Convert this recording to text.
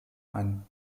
ein